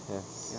yes